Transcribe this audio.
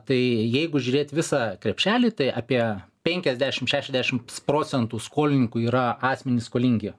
tai jeigu žiūrėt visą krepšelį tai apie penkiasdešimt šešiasdešimt procentų skolininkų yra asmenys skolingi